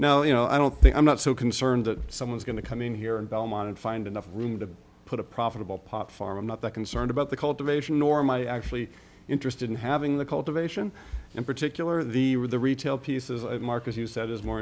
now you know i don't think i'm not so concerned that someone's going to come in here and belmont and find enough room to put a profitable pot farm i'm not that concerned about the cultivation nor my actually interested in having the cultivation in particular the with the retail pieces i mark as you said is more